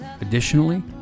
Additionally